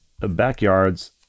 backyards